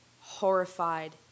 horrified